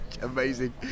amazing